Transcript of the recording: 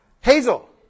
Hazel